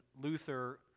Luther